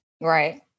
Right